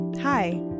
Hi